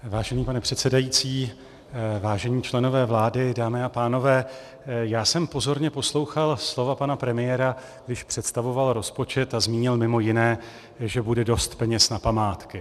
Vážený pane předsedající, vážení členové vlády, dámy a pánové, já jsem pozorně poslouchal slova pana premiéra, když představoval rozpočet a zmínil mimo jiné, že bude dost peněz na památky.